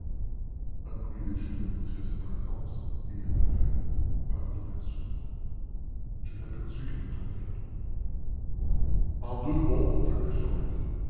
m'avertit de sa présence et de fait par une ouverture je l'aperçus qui me tournait le dos en deux bonds je fus sur lui